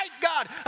God